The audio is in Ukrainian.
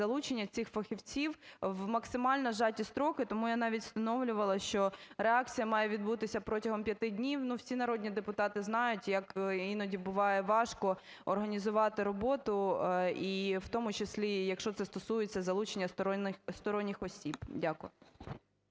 залучення цих фахівців в максимально зжаті строки. Тому я навіть встановлювала, що реакція має відбутися протягом 5 днів. Ну, всі народні депутати знають, як іноді буває важко організувати роботу, і в тому числі, якщо це стосується залучення сторонніх осіб. Дякую.